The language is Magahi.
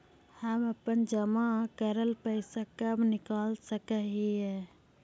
हम अपन जमा करल पैसा कब निकाल सक हिय?